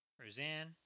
Roseanne